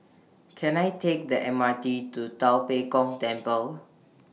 Can I Take The M R T to Tua Pek Kong Temple